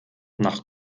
nach